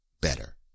better